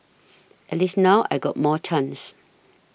at least now I got more chance